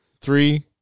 Three